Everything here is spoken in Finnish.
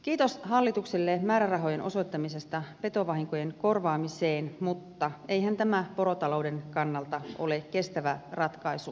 kiitos hallitukselle määrärahojen osoittamisesta petovahinkojen korvaamiseen mutta eihän tämä porotalouden kannalta ole kestävä ratkaisu käytännössä